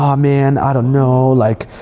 um man, i don't know. like,